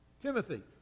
Timothy